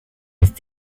ist